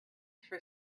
for